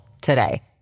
today